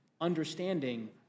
understanding